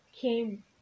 came